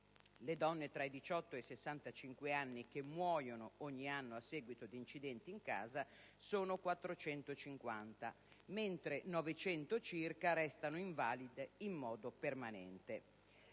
le donne tra i 18 e i 65 anni che muoiono ogni anno a seguito di incidenti in casa sono 450, mentre 900 circa restano invalide in modo permanente.